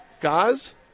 guys